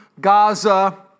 Gaza